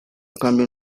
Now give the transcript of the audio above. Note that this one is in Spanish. cambio